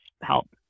help